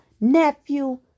nephew